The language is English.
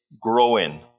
growing